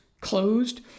closed